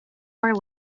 are